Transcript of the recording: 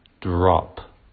drop